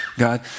God